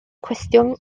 cwestiwn